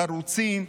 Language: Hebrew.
חרוצים,